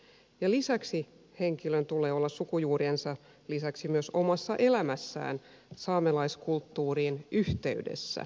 lisäksi sukujuurien lisäksi henkilön tulee olla myös omassa elämässään saamelaiskulttuuriin yhteydessä